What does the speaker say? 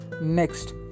next